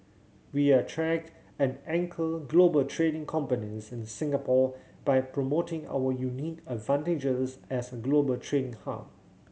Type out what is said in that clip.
we attract and anchor global trading companies in Singapore by promoting our unique advantages as a global trading hub